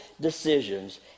decisions